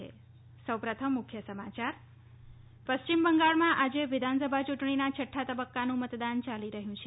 ત પશ્ચિમ બંગાળમાં આજે વિધાનસભા ચૂંટણીના છઠ્ઠા તબક્કાનું મતદાન ચાલી રહ્યું છે